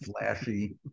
flashy